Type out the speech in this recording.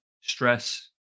stress